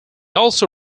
also